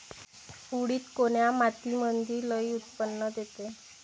उडीद कोन्या मातीमंदी लई उत्पन्न देते?